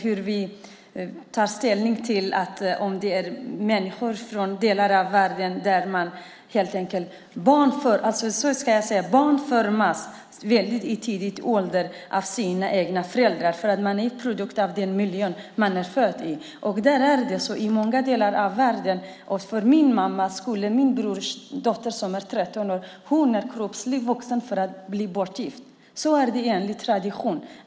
Frågan gäller föräldraansvaret. Barn formas i tidig ålder av sina föräldrar. Man är en produkt av den miljö man är född i. I min mammas ögon är min brorsdotter som är 13 år fysiskt sett vuxen nog att bli bortgift. Sådan är traditionen.